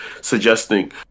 suggesting